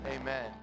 amen